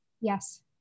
Yes